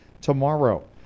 tomorrow